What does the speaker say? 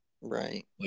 Right